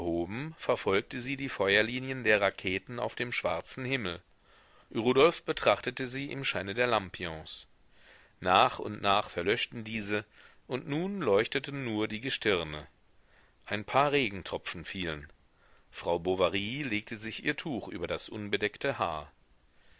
verfolgte sie die feuerlinien der raketen auf dem schwarzen himmel rudolf betrachtete sie im scheine der lampions nach und nach verlöschten diese und nun leuchteten nur die gestirne ein paar regentropfen fielen frau bovary legte sich ihr tuch über das unbedeckte haar